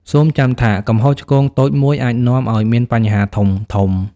សូមចាំថា កំហុសឆ្គងតូចមួយអាចនាំឱ្យមានបញ្ហាធំៗ។